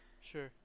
Sure